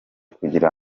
kugira